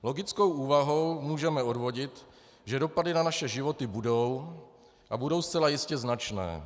Logickou úvahou můžeme odvodit, že dopady na naše životy budou, a budou zcela jistě značné.